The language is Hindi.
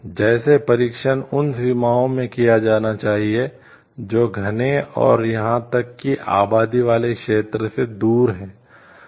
जैसे परीक्षण उन सीमाओं में किया जाना चाहिए जो घने और यहां तक कि आबादी वाले क्षेत्रों से दूर हैं